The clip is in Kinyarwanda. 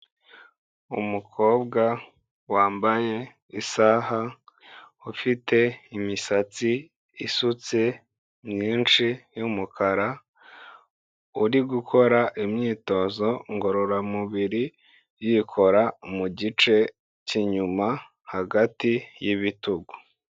Umukobwa wambaye isaha, ufite imisatsi isutse, myinshi y'umukara, uri gukora imyitozo ngororamubiri, yikora mu gice cy'inyuma, hagati y'ibitugu.